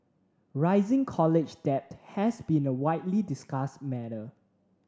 rising college debt has been a widely discussed matter